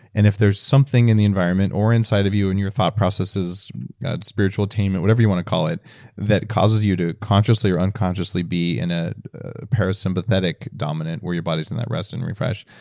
and if there's something in the environment or inside of you and your thought process is spiritual team or whatever you want to call it that causes you to consciously or unconsciously be in a parasympathetic dominant where your body is in that rest and refresh,